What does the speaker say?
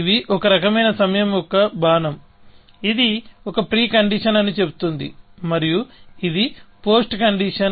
ఇవి ఒక రకమైన సమయం యొక్క బాణం ఇది ఒక ప్రీ కండిషన్ అని చెబుతుంది మరియు ఇది పోస్ట్ కండిషన్